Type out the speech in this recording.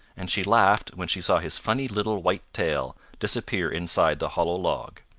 and she laughed when she saw his funny little white tail disappear inside the hollow log.